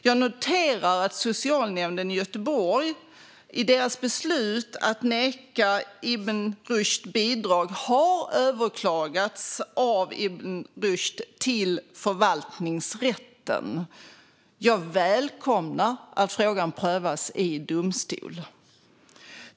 Jag noterar att beslutet av socialnämnden i Göteborg att neka Ibn Rushd bidrag har överklagats till förvaltningsrätten av Ibn Rushd. Jag välkomnar att frågan prövas i domstol.